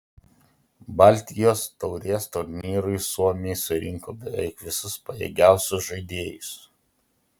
baltijos taurės turnyrui suomiai surinko beveik visus pajėgiausius žaidėjus